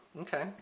Okay